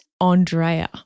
Andrea